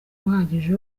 uhagije